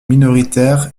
minoritaires